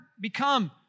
become